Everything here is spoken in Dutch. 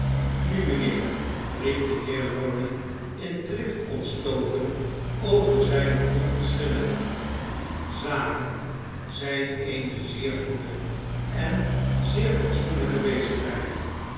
nu mijnheer riep de heer lorry in drift ontstoken over zijne onverschilligheid zaken zijn eene zeer goede en zeer fatsoenlijke bezigheid